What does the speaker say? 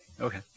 Okay